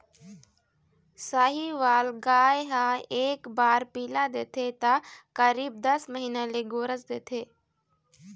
साहीवाल गाय ह एक बार पिला देथे त करीब दस महीना ले गोरस देथे